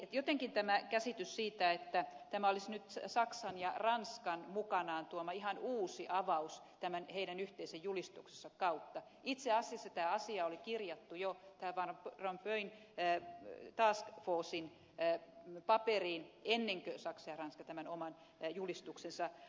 jotenkin tämä käsitys siitä että tämä olisi nyt saksan ja ranskan mukanaan tuoma ihan uusi avaus tämän heidän yhteisen julistuksensa kautta itse asiassa tämä asia oli kirjattu jo van rompuyn task forcen paperiin ennen kuin saksa ja ranska tämän oman julistuksensa antoivat